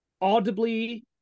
audibly